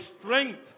strength